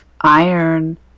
iron